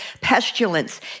pestilence